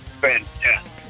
fantastic